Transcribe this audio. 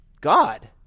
God